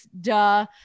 Duh